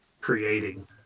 creating